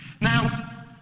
Now